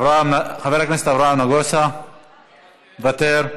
חבר הכנסת אברהם נגוסה, מוותר.